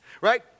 right